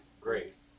Grace